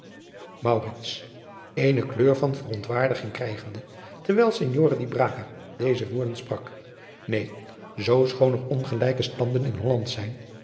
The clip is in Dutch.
eene kleur van verontwaardiging krijgende terwijl signore di braga deze woorden sprak neen zoo schoon er ongelijke standen in holland zijn